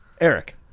Eric